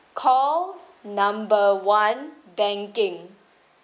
call number one banking